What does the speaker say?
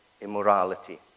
immorality